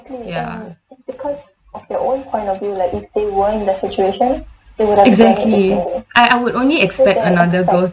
ya exactly I I would only expect another though